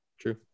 True